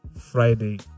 Friday